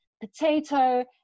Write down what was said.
potato